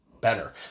better